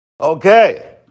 Okay